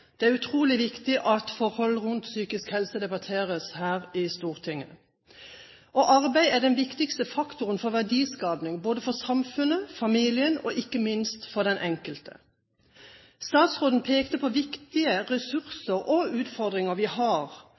Det er utrolig viktig at forhold rundt psykisk helse debatteres her i Stortinget. Arbeid er den viktigste faktor for verdiskaping både for samfunnet, familien og ikke minst for den enkelte. Statsråden pekte på viktige ressurser og utfordringer vi har